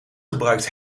gebruikt